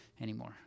anymore